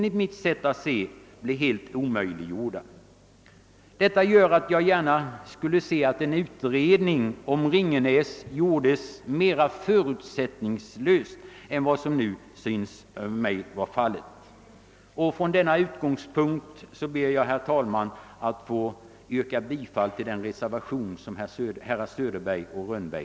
Vad jag nu anfört gör att jag gärna skulle se, att en utredning om Ringenäs gjordes mer förutsättningslöst än vad som nu synes vara fallet. Med den utgångspunkten, herr talman, anser jag mig ha skäl att yrka bifall till reservationen av herrar Söderberg och Rönnberg.